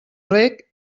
reg